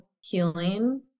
healing